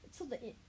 so they